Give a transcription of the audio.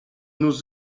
nos